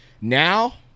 now